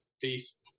peace